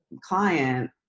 client